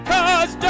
Cause